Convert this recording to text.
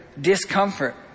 discomfort